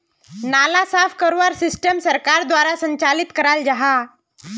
नाला साफ करवार सिस्टम सरकार द्वारा संचालित कराल जहा?